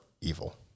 evil